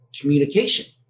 communication